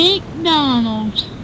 McDonald's